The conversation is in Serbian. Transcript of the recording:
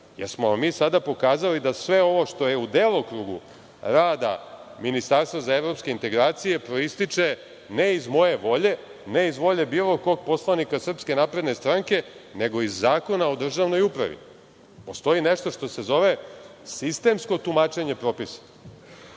vam mi sada pokazali da sve ovo što je u delokrugu rada ministarstva za evropske integracije proističe ne iz moje volje, ne iz volje bilo kog poslanika SNS, nego iz Zakona o državnoj upravi. Postoji nešto što se zove sistemsko tumačenje propisa.